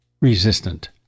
resistant